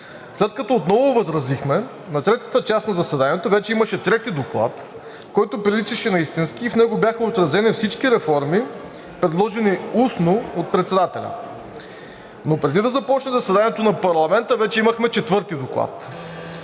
След като отново възразихме, на третата част от заседанието, вече имаше трети доклад, който приличаше на истински и в него бяха отразени всички реформи, предложени устно от председателя. Но преди да започне заседанието на парламента, вече имахме четвърти доклад.